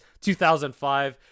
2005